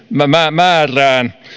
määrään